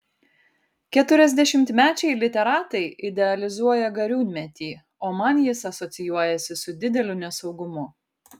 keturiasdešimtmečiai literatai idealizuoja gariūnmetį o man jis asocijuojasi su dideliu nesaugumu